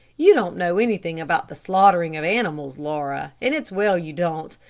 you don't know anything about the slaughtering of animals, laura, and it's well you don't.